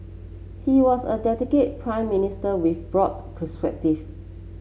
he was a dedicated Prime Minister with broad perspective